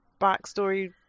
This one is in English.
backstory